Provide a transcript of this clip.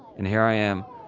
and here i am,